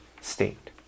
state